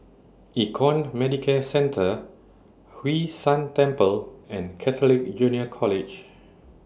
Econ Medicare Centre Hwee San Temple and Catholic Junior College